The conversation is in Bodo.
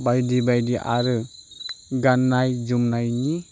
बायदि बायदि आरो गाननाय जोमनायनि